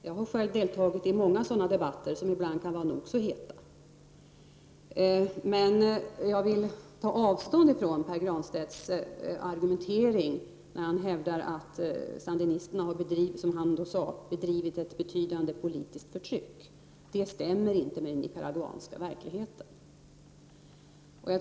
Jag har själv deltagit i många sådana debatter, som kan vara nog så heta. Men jag vill ta avstånd från Pär Granstedts argumentering när han hävdar att sandinisterna har bedrivit ett betydande politiskt förtryck. Det stämmer nämligen inte med den nicaraguanska verkligheten.